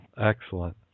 Excellent